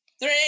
Three